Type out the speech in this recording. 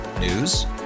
News